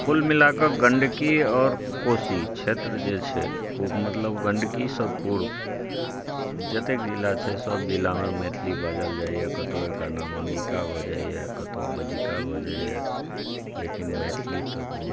कुल मिला के गंडकी आओर कोशी क्षेत्र जे छै खूब मतलब गंडकीसँ पूर्व जतेक जिला छै सब जिला मे मैथिली बाजल जाइया कतौ एकर नाम अंगिका भऽ जाइया कतौ बज्जिका भऽ जाइया लेकिन मैथिली तऽ